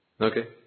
okay